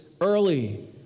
early